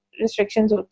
restrictions